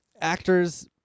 actors